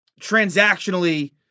transactionally